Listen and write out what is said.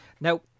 Now